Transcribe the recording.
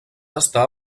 estar